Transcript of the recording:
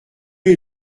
est